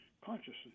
consciousness